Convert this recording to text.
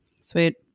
Sweet